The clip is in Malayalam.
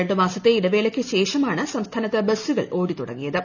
രണ്ടു മാസത്തെ ഇടവേളക്കു ശേഷമാണ് സംസ്ഥാനത്ത് ബസ്സുകൾ ഓടിത്തുടങ്ങിയത്